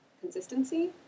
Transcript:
consistency